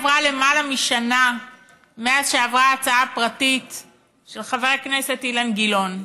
עברה למעלה משנה מאז עברה ההצעה הפרטית של חבר הכנסת אילן גילאון.